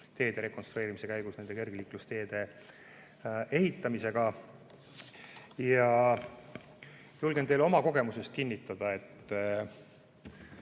teede rekonstrueerimise käigus nende juurde kergliiklusteede ehitamisega. Julgen teile oma kogemusest kinnitada, et